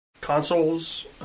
consoles